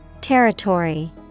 Territory